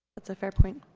that's a fair point